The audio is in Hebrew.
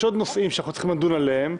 יש עוד נושאים שאנחנו צריכים לדון עליהם.